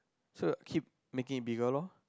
so keep making it bigger loh